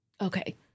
Okay